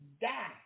die